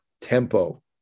tempo